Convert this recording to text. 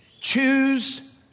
choose